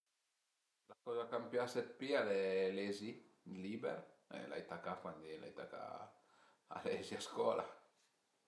La coza ch'an pias 'd pi al e lezi liber, l'ai tacà cuandi l'ai tacà a lezi a scola